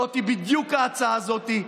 זאת בדיוק ההצעה הזאת.